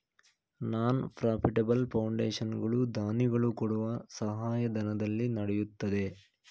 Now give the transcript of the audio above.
ನಾನ್ profitable foundation ಗಳು ದಾನಿಗಳು ಕೊಡುವ ಸಹಾಯಧನದಲ್ಲಿ ನಡೆಯುತ್ತದೆ